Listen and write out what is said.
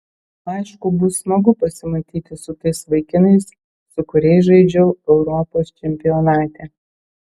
aišku bus smagu pasimatyti su tais vaikinais su kuriais žaidžiau europos čempionate